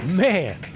man